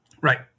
Right